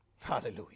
Hallelujah